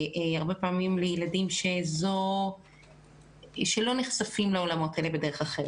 הרבה פעמים אלה ילדים שלא נחשפים לעולמות האלה בדרך אחרת.